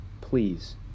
please